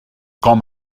com